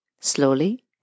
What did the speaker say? slowly